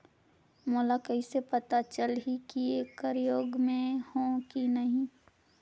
मोला कइसे पता चलही की येकर योग्य मैं हों की नहीं?